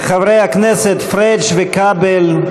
חברי הכנסת פריג' וכבל,